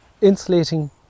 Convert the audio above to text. insulating